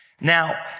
Now